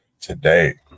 Today